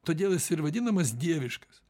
todėl jis ir vadinamas dieviškas